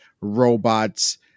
robots